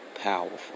powerful